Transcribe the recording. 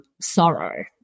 sorrow